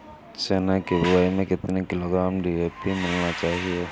चना की बुवाई में कितनी किलोग्राम डी.ए.पी मिलाना चाहिए?